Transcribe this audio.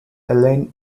elaine